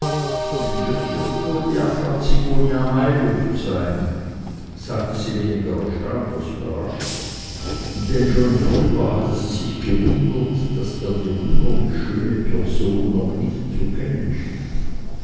das wird wohl die afra zigonia mayluft sein sagte sie weniger erstaunt als überrascht denn schon früher hatte sie sich gewundert daß er die wunderlich schöne person nach nicht zu kennen schien